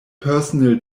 personal